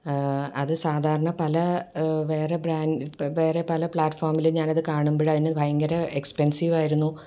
അത് സാധാരണ പല വേറെ ബ്രാൻഡ് വേറെ പല പ്ലാറ്റ്ഫോമിലും ഞാനത് കാണുമ്പോൾ അതിന് ഭയങ്കര എക്സ്പെൻസീവായിരുന്നു